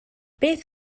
beth